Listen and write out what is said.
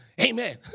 amen